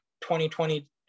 2020